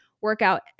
workout